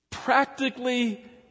practically